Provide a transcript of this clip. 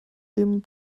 dem